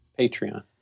Patreon